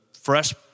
fresh